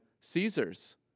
Caesar's